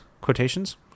quotations